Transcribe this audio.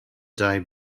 day